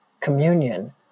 communion